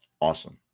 awesome